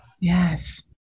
Yes